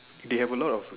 they a lot of